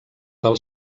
del